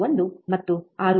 1 ಮತ್ತು 6